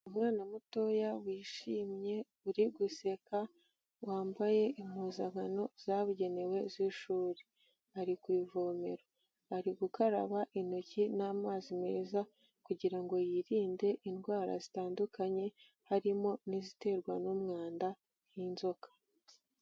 Umwana mutoya wishimye uri guseka, wambaye impuzankano zabugenewe z'ishuri, ari ku ivomero. Ari gukaraba intoki n'amazi meza kugirango ngo yirinde indwara zitandukanye harimo n'iziterwa n'umwanda nk'inzoka.